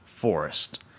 forest